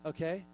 Okay